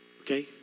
okay